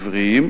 עבריים,